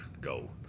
go